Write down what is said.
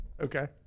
Okay